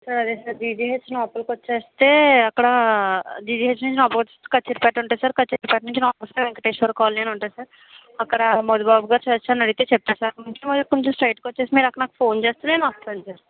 సరే sir G G H లోపలికి వచ్చేస్తే అక్కడ జీ జీ హెచ్ నుంచి లోపలికి వచ్చేస్తే ఉంటుంది సార్ లోపలికి వచ్చేస్తే వెంకటేశ్వరా కాలనీ అని ఉంటుంది సార్ అక్కడ మధుబాబు గారు తెలుసా అని అడిగితే చెప్తారు సార్ కొంచెం స్ట్రెయిట్గా వచ్చేసి మీరు అక్కడ నాకు ఫోన్ చేస్తే నేనొస్తాను సార్